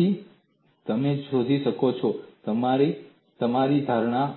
તેથી તમે જે શોધો છો તે છે તમારી ધારણા